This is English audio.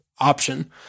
option